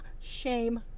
Shame